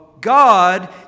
God